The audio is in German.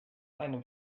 einem